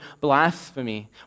blasphemy